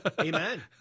Amen